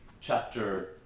chapter